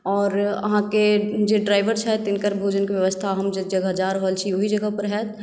आओर अहाँकेँ जे ड्राइवर छथि तिनकर भोजनके व्यवस्था जे जगह जा रहल छी ओहि जगह पर होयत